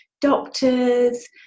doctors